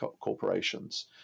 corporations